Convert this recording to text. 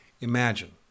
imagine